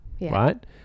right